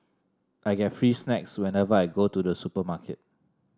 I get free snacks whenever I go to the supermarket